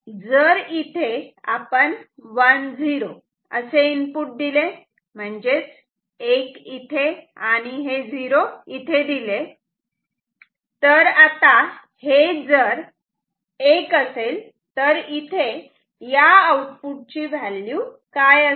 जर इथे आपण 1 0 असे इनपुट दिले म्हणजेच 1 इथे आणि हे 0 इथे दिले तर आता हे जर 1 असेल तर इथे या आउटपुट ची व्हॅल्यू काय असेल